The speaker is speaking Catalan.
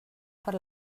per